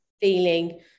feeling